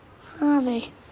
Harvey